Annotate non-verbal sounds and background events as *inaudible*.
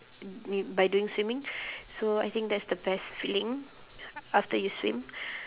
m~ m~ by doing swimming so I think that's the best feeling after you swim *breath*